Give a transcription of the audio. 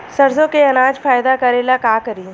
सरसो के अनाज फायदा करेला का करी?